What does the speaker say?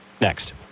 next